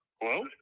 Hello